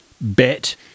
bet